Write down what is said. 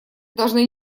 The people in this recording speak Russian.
должны